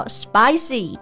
spicy